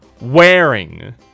wearing